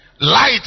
light